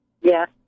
yes